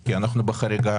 כי אנחנו בחריגה